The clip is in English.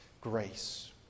grace